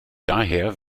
daher